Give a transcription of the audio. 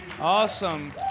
Awesome